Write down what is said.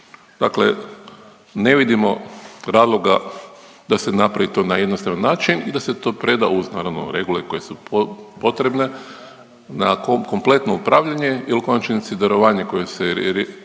Dakle, ne vidimo razloga da se napravi to na jednostavan način i da se to preda uz naravno regule koje su potrebne na kompletno upravljanje ili u konačnici darovanje koje je